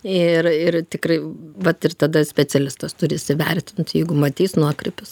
ir ir tikrai vat ir tada specialistas turi įsivertint jeigu matys nuokrypius